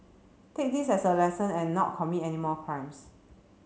take this as a lesson and not commit any more crimes